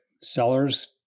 sellers